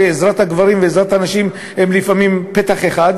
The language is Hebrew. כשלעזרת הגברים ולעזרת הנשים יש פתח אחד,